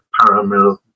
paramilitary